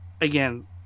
again